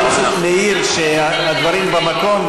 אני פשוט מעיר שהדברים במקום,